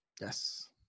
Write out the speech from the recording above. yes